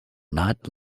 not